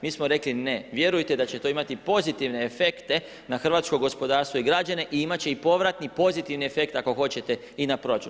Mi smo rekli ne, vjerujte da će to imati pozitivne efekte na hrvatsko gospodarstvo i građane i imat će i povratni pozitivni efekt ako hoćete i na proračun.